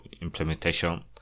implementation